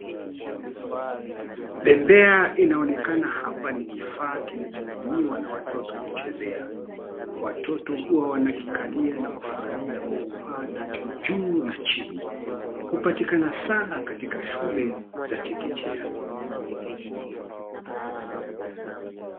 Bembea inaonekana hapa ni kifaa kinachotumiwa na watoto kuchezea. Watoto huwa wanakikalia na kufurahia kwa kupaa nacho juu na chini. Hupatikana sana katika shule za chekechea.